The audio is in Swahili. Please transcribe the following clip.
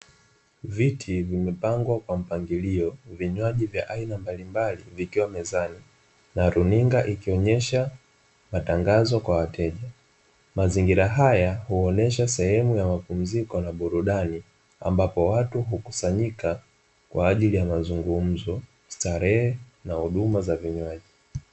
Viti vimepangwa kwa mpangilio, vinywaji vya aina mbalimbali vikiwa mezani na runinga ikionyesha matangazo kwa wateja. Mazingira haya huonyesha sehemu ya mapumziko na burudani, ambapo watu hukusanyika kwa ajili ya mazungumzo, starehe na huduma za vinywaji.